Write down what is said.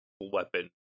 weapon